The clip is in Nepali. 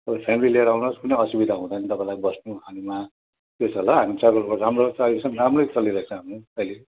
फेमिली लिएर आउनुहोस् कुनै असुविदा हुँदैन तपाईँलाई बस्नु खानुमा त्यो छ ल हामी ट्राभलको राम्रो त अहिलेसम्म राम्रै चलेको छ हामी अहिले